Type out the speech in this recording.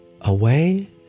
Away